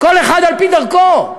כל אחד על-פי דרכו.